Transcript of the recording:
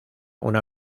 una